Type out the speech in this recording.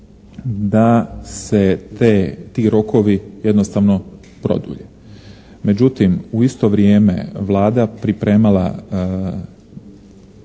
da se te, ti rokovi jednostavno produlje. Međutim, u isto vrijeme Vlada je pripremala